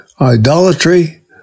idolatry